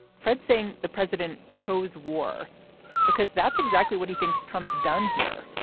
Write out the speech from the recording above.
fred saying the president chose war because that's exactly what he thinks trump's done here,